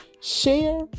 Share